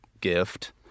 gift